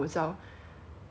covering the nose and mouth